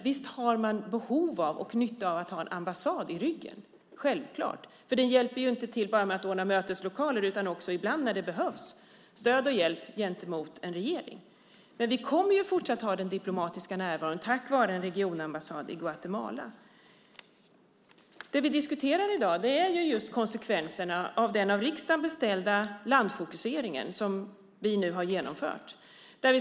Visst har man behov och nytta av att ha en ambassad i ryggen, självklart, för den hjälper ju inte till bara med att ordna möteslokaler utan också ibland när det behövs med stöd och hjälp till en regering. Men vi kommer att fortsatt ha den diplomatiska närvaron tack vare en regionambassad i Guatemala. Det vi diskuterar i dag är just konsekvenserna av den av riksdagen beställda landfokuseringen som vi nu har genomfört.